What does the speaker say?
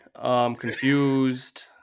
Confused